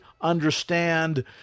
understand